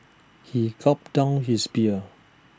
he gulped down his beer